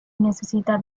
necessitat